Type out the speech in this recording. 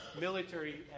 military